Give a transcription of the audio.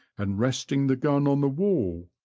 and resting the gun on the wall,